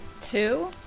Two